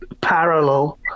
parallel